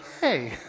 hey